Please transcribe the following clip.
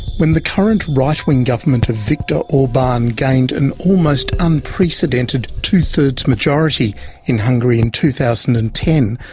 when the current right-wing government of viktor orban gained an almost unprecedented two-thirds majority in hungary in two thousand and ten,